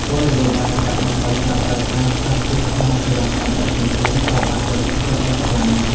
គោលនយោបាយកាត់បន្ថយការប្រើប្រាស់ផ្លាស្ទិកក្នុងសេវាកម្មដឹកជញ្ជូនត្រូវបានលើកទឹកចិត្តយ៉ាងខ្លាំង។